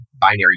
binary